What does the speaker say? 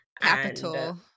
Capital